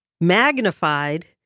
magnified